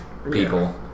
People